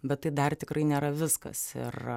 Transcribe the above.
bet tai dar tikrai nėra viskas ir